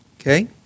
Okay